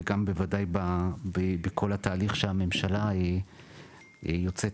וגם בוודאי בכל התהליך שהממשלה יוצאת,